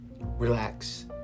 relax